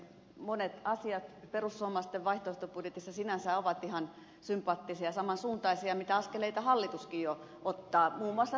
monet asiat perussuomalaisten vaihtoehtobudjetissa sinänsä ovat ihan sympaattisia samansuuntaisia askeleita kuin mitä hallituskin jo ottaa